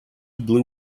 blue